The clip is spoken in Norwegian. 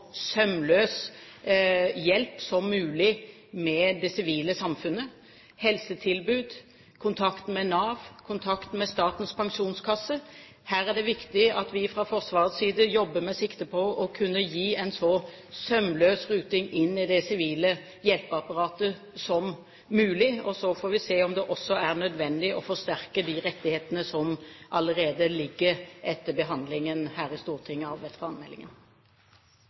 sømløs hjelp som mulig med det sivile samfunnet: helsetilbud, kontakt med Nav og kontakt med Statens pensjonskasse. Her er det viktig at vi fra Forsvarets side jobber med sikte på å kunne gi en så sømløs ruting inn i det sivile hjelpeapparatet som mulig, og så får vi se om det også er nødvendig å forsterke de rettighetene som allerede ligger etter behandlingen her i Stortinget av veteranmeldingen.